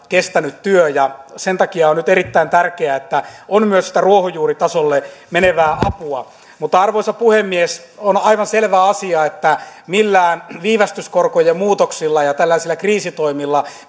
kestänyt työ sen takia on nyt erittäin tärkeää että on myös sitä ruohonjuuritasolle menevää apua mutta arvoisa puhemies on aivan selvä asia että millään viivästyskorkojen muutoksilla ja tällaisilla kriisitoimilla